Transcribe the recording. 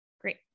Great